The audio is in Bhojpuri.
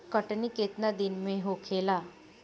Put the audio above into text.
कटनी केतना दिन में होखेला?